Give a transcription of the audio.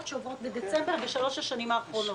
שעוברות בדצמבר בשלוש השנים האחרונות.